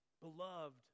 beloved